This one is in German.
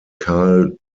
carl